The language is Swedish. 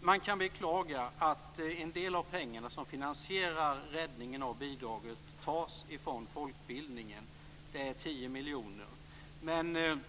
Man kan beklaga att en del av de pengar som finansierar räddningen av bidraget tas från folkbildningen. Det är 10 miljoner kronor. Men